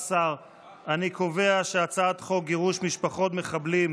את הצעת חוק גירוש משפחות מחבלים,